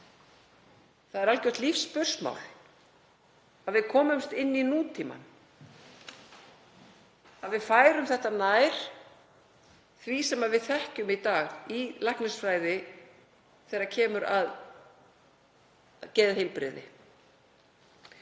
Það er algjört lífsspursmál að við komumst inn í nútímann, að við færum þetta nær því sem við þekkjum í dag í læknisfræði, þegar kemur að geðheilbrigði.